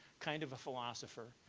kind of a philosopher.